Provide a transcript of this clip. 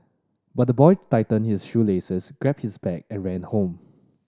but the boy tightened his shoelaces grabbed his bag and ran home